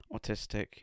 autistic